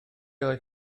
oedd